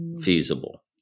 feasible